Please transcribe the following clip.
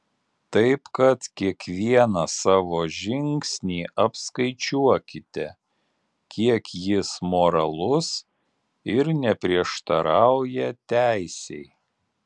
taip kad kiekvieną savo žingsnį apskaičiuokite kiek jis moralus ir neprieštarauja teisei